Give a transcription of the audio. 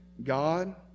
God